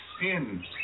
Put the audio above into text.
sin